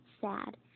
sad